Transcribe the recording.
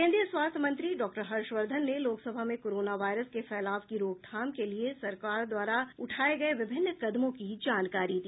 केन्द्रीय स्वास्थ्य मंत्री डा हर्षवर्धन ने लोकसभा में कोरोना वायरस के फैलाव की रोकथाम के लिए सरकार द्वारा उठाये गये विभिन्न कदमों की जानकारी दी